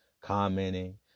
commenting